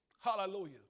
Hallelujah